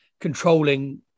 controlling